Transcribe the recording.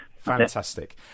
Fantastic